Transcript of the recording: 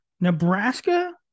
Nebraska